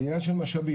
זה עניין של משאבים.